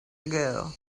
ago